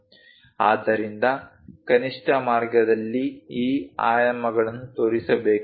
ಆದ್ದರಿಂದ ಕನಿಷ್ಠ ಮಾರ್ಗದಲ್ಲಿ ಈ ಆಯಾಮಗಳನ್ನು ತೋರಿಸಬೇಕಾಗುತ್ತದೆ